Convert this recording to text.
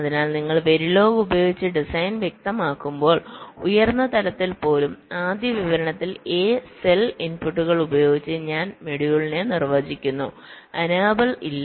അതിനാൽ നിങ്ങൾ വെരിലോഗ് ഉപയോഗിച്ച് ഡിസൈൻ വ്യക്തമാക്കുമ്പോൾ ഉയർന്ന തലത്തിൽ പോലും ആദ്യ വിവരണത്തിൽ എ സെൽ ഇൻപുട്ടുകൾ ഉപയോഗിച്ച് ഞാൻ മൊഡ്യൂളിനെ നിർവചിക്കുന്നു എനേബിൾ ഇല്ല